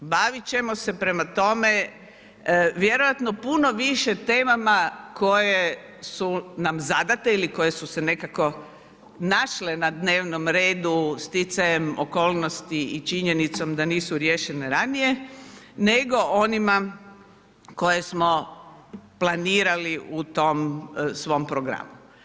Bavit ćemo se prema tome vjerojatno puno više temama koje su nam zadate ili koje su se nekako našle na dnevnom redu sticajem okolnosti i činjenicom da nisu riješene ranije nego onima koje smo planirali u tom svom programu.